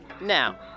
Now